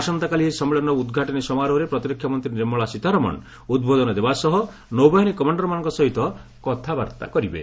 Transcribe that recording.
ଆସନ୍ତାକାଲି ଏହି ସମ୍ମିଳନୀର ଉଦ୍ଘାଟନୀ ସମାରୋହରେ ପ୍ରତିରକ୍ଷା ମନ୍ତ୍ରୀ ନିର୍ମଳା ସୀତାରମଣ ଉଦ୍ବୋଧନ ଦେବା ସହ ନୌବାହିନୀ କମାଣ୍ଡର୍ମାନଙ୍କ ସହିତ କଥାବାର୍ତ୍ତା କରିବେ